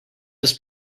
this